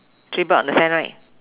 three bird on the sand right